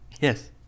Yes